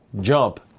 jump